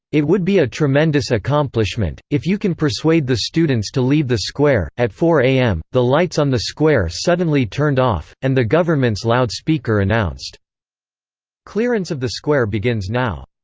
it would be a tremendous accomplishment, if you can persuade the students to leave the square at four am, the lights on the square suddenly turned off, and the government's loudspeaker announced clearance of the square begins now.